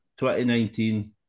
2019